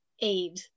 aid